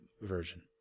version